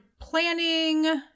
planning